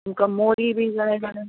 तुका मोरी बी जाय जाल्यार